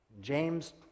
James